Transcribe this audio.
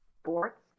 sports